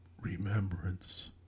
remembrance